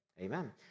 amen